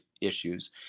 issues